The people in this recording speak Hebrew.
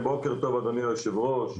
בוקר טוב אדוני יושב הראש,